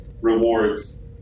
rewards